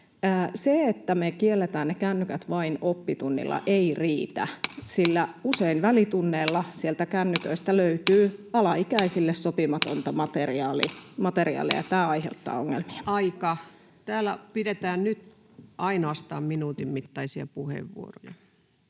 Se, että me kielletään ne kännykät vain oppitunnilla, ei riitä, sillä usein välitunneilla sieltä kännyköistä löytyy alaikäisille sopimattomia materiaaleja. Tämä aiheuttaa ongelmia. [Puhemies: Aika!] Täällä pidetään nyt ainoastaan minuutin mittaisia puheenvuoroja,